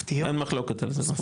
אין מחלוקת על זה, נכון?